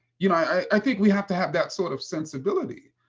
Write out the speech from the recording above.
you know i think we have to have that sort of sensibility.